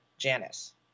Janice